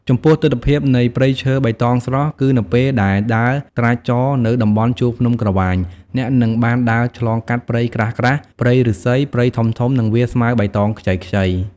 ចំពោះទិដ្ឋភាពនៃព្រៃឈើបៃតងស្រស់ គឺនៅពេលដែលដើរត្រាច់ចរណ៍នៅតំបន់ជួរភ្នំក្រវាញអ្នកនឹងបានដើរឆ្លងកាត់ព្រៃក្រាស់ៗ ព្រៃឫស្សី ព្រៃធំៗ និងវាលស្មៅបៃតងខ្ចីៗ។